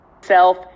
self